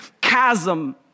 chasm